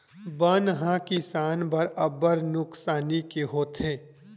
बन ह किसान बर अब्बड़ नुकसानी के होथे